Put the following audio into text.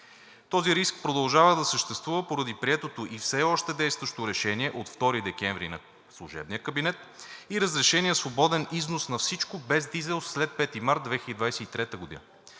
Този риск продължава да съществува поради приетото и все още действащо решение от 2 декември на служебния кабинет и разрешения свободен износ на всичко без дизел след 5 март 2023 г.